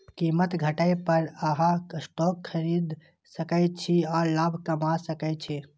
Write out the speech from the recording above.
कीमत घटै पर अहां स्टॉक खरीद सकै छी आ लाभ कमा सकै छी